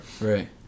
Right